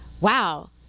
wow